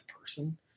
person